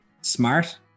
smart